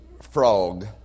Frog